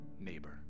neighbor